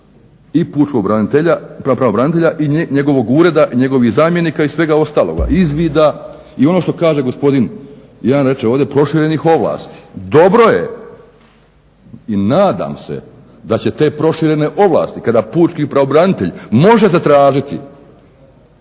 i pučkog pravobranitelja i njegovog ureda, njegovih zamjenika i svega ostaloga, izvida i ono što kaže gospodin, jedan reče ovdje proširenih ovlasti. Dobro je i nadam se da će te proširene ovlasti kada pučki pravobranitelj može zatražiti